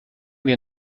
wir